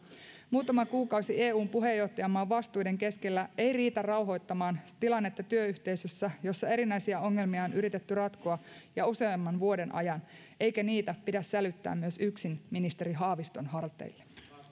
muutama kuukausi eun puheenjohtajamaan vastuiden keskellä ei riitä rauhoittamaan tilannetta työyhteisössä jossa erinäisiä ongelmia on yritetty ratkoa jo useamman vuoden ajan eikä niitä myöskään pidä sälyttää yksin ministeri haaviston harteille